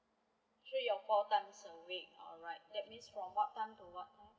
three or four times a week alright that means from what time to what time